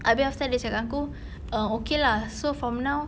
habis after dia cakap dengan aku err okay lah so from now